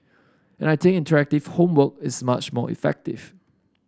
and I think interactive homework is much more effective